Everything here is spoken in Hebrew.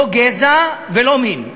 לא גזע ולא מין.